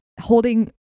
holding